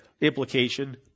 implication